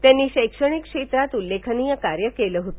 त्यांनी शैक्षणिक क्षेत्रात उल्लेखनीय कार्य केलं होत